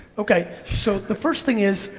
okay, so the first thing is,